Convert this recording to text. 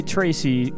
Tracy